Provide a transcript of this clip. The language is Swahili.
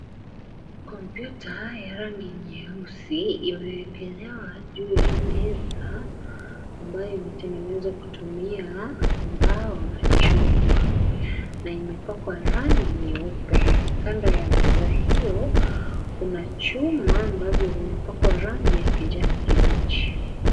Kompyuta ya rangi nyeusi imeekelewa juu ya meza, ambayo imetengenezwa kutumia mbao na chuma na imepakwa rangi nyeupe. Kando ya meza iyo kuna chuma ambazo zimepakwa rangi ya kijani kibichi.